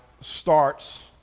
starts